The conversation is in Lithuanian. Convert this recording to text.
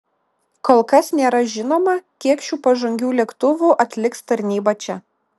kol kas nėra žinoma kiek šių pažangių lėktuvų atliks tarnybą čia